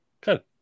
Good